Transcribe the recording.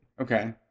Okay